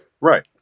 right